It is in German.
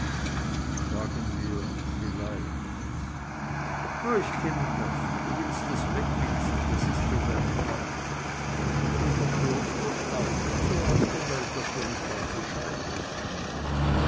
sagen wir vielleicht oh ich kenne das du willst das wegwitzeln das ist so deine art aber unser kloster ist nicht so aus der welt daß wir nicht auch bescheid wüßten